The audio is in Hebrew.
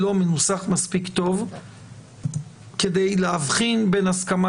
לא מנוסח מספיק טוב כדי להבחין בין הסכמה